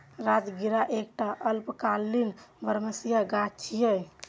राजगिरा एकटा अल्पकालिक बरमसिया गाछ छियै